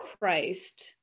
Christ-